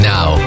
Now